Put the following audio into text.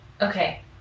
Okay